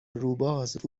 روباز